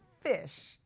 fish